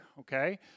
okay